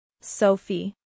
Sophie